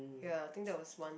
ya I think there was one